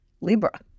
Libra